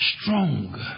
stronger